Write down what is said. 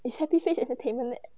is happy face entertainment eh